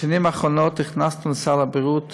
בשנים האחרונות הכנסנו לסל הבריאות